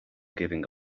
giving